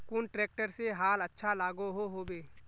कुन ट्रैक्टर से हाल अच्छा लागोहो होबे?